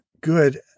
good